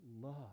love